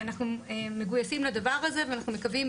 אנחנו מגויסים לדבר הזה ואנחנו מקווים